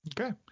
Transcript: okay